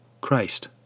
Christ